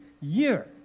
year